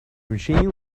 machine